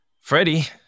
Freddie